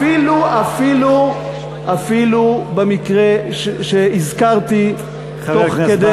אפילו במקרה שהזכרתי תוך כדי,